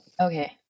Okay